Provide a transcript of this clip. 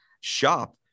shop